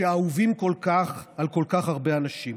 שאהובים כל כך על כל כך הרבה אנשים?